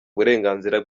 uburenganzira